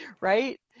right